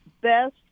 best